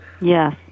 Yes